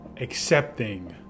accepting